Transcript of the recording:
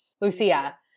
Lucia